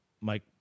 Mike